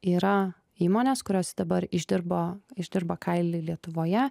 yra įmonės kurios dabar išdirbo išdirba kailį lietuvoje